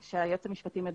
המשפטי.